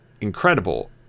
incredible